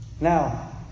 Now